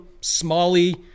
Smalley